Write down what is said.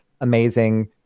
amazing